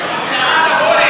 הוצאה להורג.